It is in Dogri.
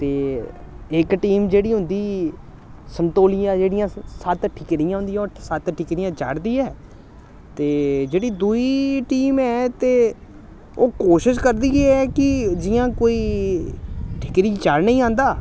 ते इक टीम जेह्ड़ी होंदी संतोलिया जेह्ड़ियां सत्त ठीकरियां होंदियां सत्त ठीकरियां चाढ़दी ऐ ते जेह्ड़ी दूई टीम ऐ ते ओह् कोशिश करदी ऐ की जि'यां कोई ठीकरी चाढ़ने गी औंदा